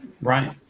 right